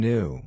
New